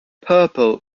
purple